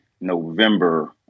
November